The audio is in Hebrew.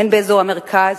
הן באזור המרכז,